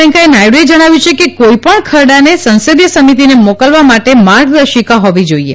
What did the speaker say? વેકૈંથાહ નાયડુએ જણાવ્યું છે કે કોઇપણ ખરડાને સંસદિથ સમિતિને મોકલવા માટે માર્ગદર્શિકા હોવી જાઇએ